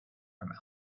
from